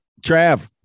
Trav